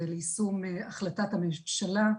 ליישום החלטת הממשלה.